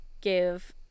give